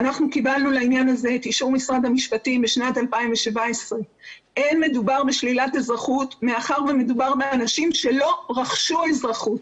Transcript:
ואנחנו קיבלנו לעניין הזה את אישור משרד המשפטים בשנת 2017. אין מדובר בשלילת אזרחות מאחר ומדובר באנשים שלא רכשו אזרחות.